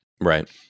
Right